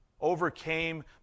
overcame